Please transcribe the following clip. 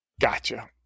Gotcha